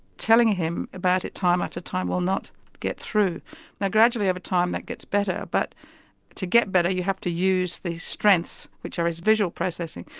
telling him about it time after time will not get through. now gradually over time that gets better, but to get better you have to use these strengths, which are his visual processing,